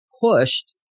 pushed